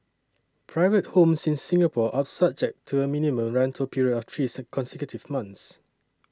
private homes in Singapore are subject to a minimum rental period of three consecutive months